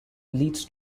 leads